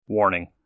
Warning